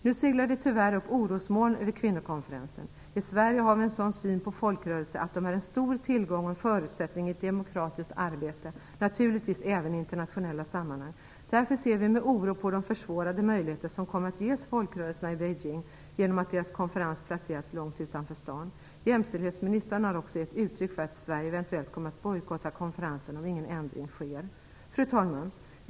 Nu seglar det tyvärr upp orosmoln över kvinnokonferensen. I Sverige har vi den synen på folkrörelser att de är en stor tillgång och en förutsättning i ett demokratiskt arbete, naturligtvis även i internationella sammanhang. Därför ser vi med oro på de försvårade möjligheter som kommer att ges folkrörelserna i Beijing genom att deras konferens placerats långt utanför staden. Jämställdhetsministern har också givit uttryck för att Sverige eventuellt kommer att bojkotta konferensen, om ingen ändring sker. Fru talman!